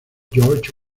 george